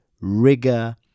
rigor